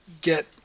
get